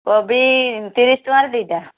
କୋବି ତିରିଶି ଟଙ୍କାରେ ଦୁଇଟା